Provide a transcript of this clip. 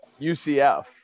UCF